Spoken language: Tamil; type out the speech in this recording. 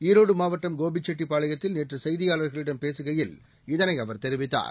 ஈரோடு மாவட்டம் கோபிசெட்டிப்பாளையத்தில் நேற்று செய்தியாளர்களிடம் பேசுகையில் இதனை அவர் தெரிவித்தார்